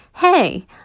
hey